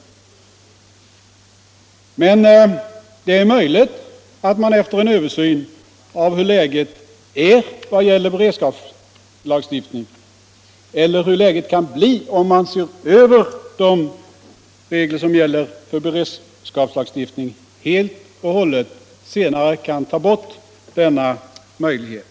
Men det är tänkbart att man efter en genomgång av hur läget är vad gäller beredskapslagstiftning, eller av hur läget kan bli om man ser över de gällande reglerna för beredskapslagstiftning, senare helt och hållet kan ta bort denna möjlighet.